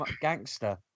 gangster